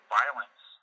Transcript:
violence